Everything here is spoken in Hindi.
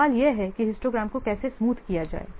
सवाल यह है कि हिस्टोग्राम को कैसे स्मूथ किया जाए